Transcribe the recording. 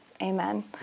Amen